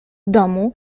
domu